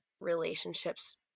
relationships